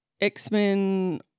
X-Men